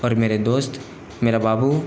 और मेरे दोस्त मेरा बाबू